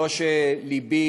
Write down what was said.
לבי,